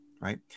right